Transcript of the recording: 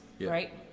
right